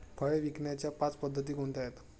फळे विकण्याच्या पाच पद्धती कोणत्या आहेत?